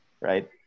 Right